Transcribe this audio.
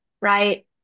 right